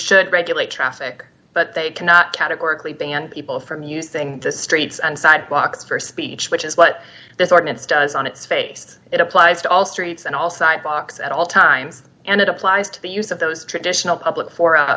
should regulate traffic but they cannot categorically ban people from using the streets and sidewalks for speech which is what this ordinance does on its face it applies to all streets and all sidewalks at all times and it applies to the use of those traditional public for